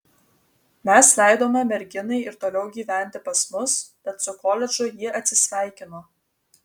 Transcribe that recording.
mes leidome merginai ir toliau gyventi pas mus bet su koledžu ji atsisveikino